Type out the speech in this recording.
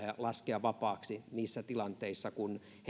laskea vapaaksi niissä tilanteissa kun